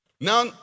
Now